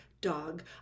dog